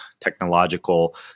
technological